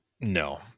no